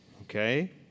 Okay